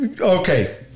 Okay